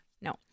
No